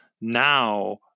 now